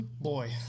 boy